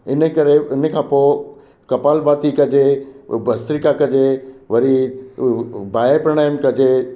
इने करे इनखां पोइ कपालभांति कजे भस्त्रिका कजे वरी बाय प्राणायाम कजे